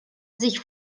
sich